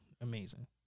amazing